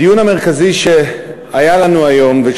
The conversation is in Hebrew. הדיון המרכזי שהיה לנו היום בוועדת הכספים,